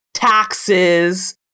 taxes